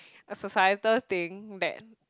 a societal thing that